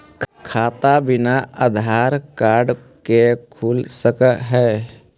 खाता बिना आधार कार्ड के खुल सक है?